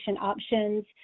options